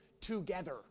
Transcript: together